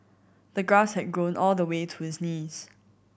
the grass had grown all the way to his knees